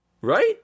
Right